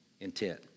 intent